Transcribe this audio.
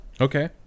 okay